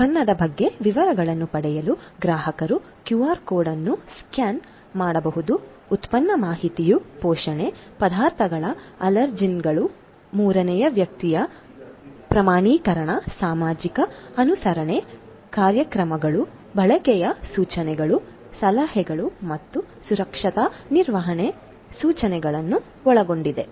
ಉತ್ಪನ್ನದ ಬಗ್ಗೆ ವಿವರಗಳನ್ನು ಪಡೆಯಲು ಗ್ರಾಹಕರು ಕ್ಯೂಆರ್ ಕೋಡ್ ಅನ್ನು ಸ್ಕ್ಯಾನ್ ಮಾಡಬಹುದು ಉತ್ಪನ್ನ ಮಾಹಿತಿಯು ಪೋಷಣೆ ಪದಾರ್ಥಗಳು ಅಲರ್ಜಿನ್ಗಳು ಮೂರನೇ ವ್ಯಕ್ತಿಯ ಪ್ರಮಾಣೀಕರಣ ಸಾಮಾಜಿಕ ಅನುಸರಣೆ ಕಾರ್ಯಕ್ರಮಗಳು ಬಳಕೆಯ ಸೂಚನೆಗಳು ಸಲಹೆಗಳು ಮತ್ತು ಸುರಕ್ಷಿತ ನಿರ್ವಹಣೆ ಸೂಚನೆಗಳನ್ನು ಒಳಗೊಂಡಿದೆ